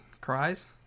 cries